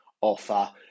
offer